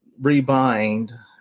rebind